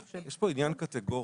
יש פה עניין קטגורי,